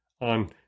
on